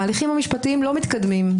ההליכים המשפטיים לא מתקדמים.